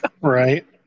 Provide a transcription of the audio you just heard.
Right